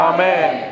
Amen